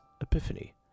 Epiphany